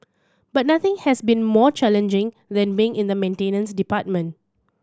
but nothing has been more challenging than being in the maintenance department